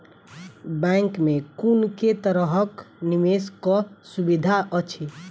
Bank मे कुन केँ तरहक निवेश कऽ सुविधा अछि?